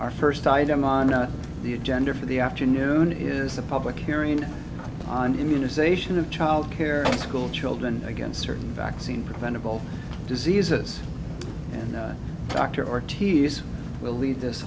our first item on the agenda for the afternoon is a public hearing on immunization of child care school children against certain vaccine preventable diseases and the doctor or tears will lea